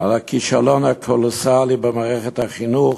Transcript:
על הכישלון הקולוסלי במערכת החינוך,